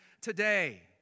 today